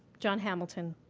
john hamilton,